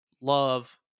love